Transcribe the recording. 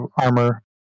armor